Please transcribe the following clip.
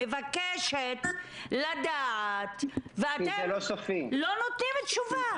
מבקשת לדעת ואתם לא נותנים תשובה.